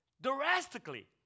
Drastically